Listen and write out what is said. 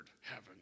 heaven